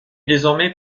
désormais